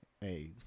hey